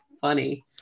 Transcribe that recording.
funny